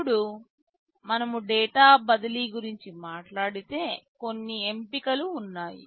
ఇప్పుడు మనము డేటా బదిలీ గురించి మాట్లాడితే కొన్ని ఎంపికలు ఉన్నాయి